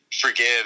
forgive